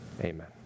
Amen